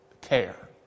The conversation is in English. care